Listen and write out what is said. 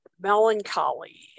melancholy